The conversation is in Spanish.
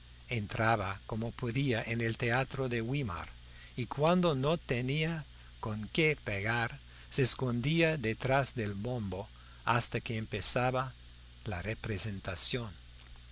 entraba como podía en el teatro de weimar y cuando no tenía con qué pagar se escondía detrás del bombo hasta que empezaba la representación